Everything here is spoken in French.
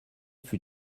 fut